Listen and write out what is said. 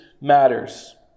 matters